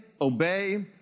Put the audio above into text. obey